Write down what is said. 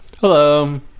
Hello